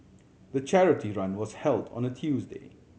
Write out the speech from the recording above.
the charity run was held on a Tuesday